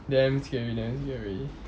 damn scary damn scary